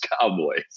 Cowboys